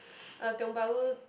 uh Tiong-Bahru